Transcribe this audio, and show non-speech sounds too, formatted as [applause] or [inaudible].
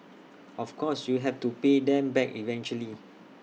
[noise] of course you have to pay them back eventually